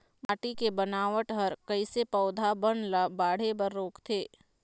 माटी के बनावट हर कइसे पौधा बन ला बाढ़े बर रोकथे?